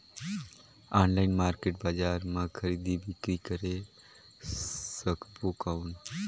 Online market बजार मां खरीदी बीकरी करे सकबो कौन?